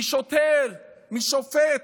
משוטר, משופט,